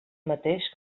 mateix